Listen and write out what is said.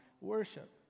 worship